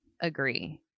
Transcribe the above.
agree